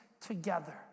together